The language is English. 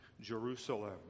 Jerusalem